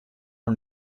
our